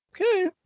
Okay